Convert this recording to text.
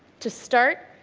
to start,